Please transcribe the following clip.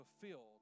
fulfilled